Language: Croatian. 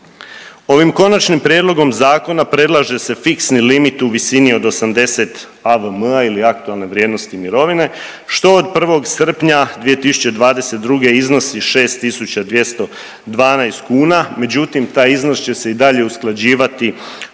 Ovim konačnim prijedlogom zakona predlaže se fiksni limit u visini od 80 AVM-a ili aktualne vrijednosti mirovine što od 1. srpnja 2022. iznosi 6.212,00 kuna međutim taj iznos će se i dalje usklađivati